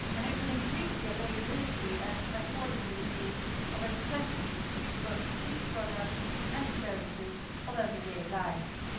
and it will increase the availability and affordability of accessible, key products key products and services of everyday life.